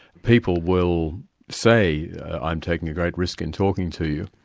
people will say, i'm taking a great risk in talking to you.